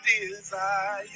desire